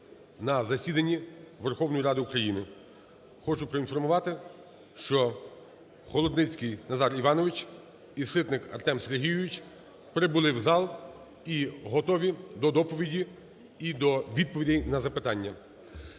на засідання Верховної Ради України. Хочу проінформувати, що Холодницький Назар Іванович і Ситник Артем Сергійович прибули в зал і готові до доповіді і до відповідей на запитання.